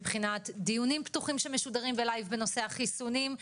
מבחינת דיונים פתוחים שמשודרים בלייב בנושא החיסונים,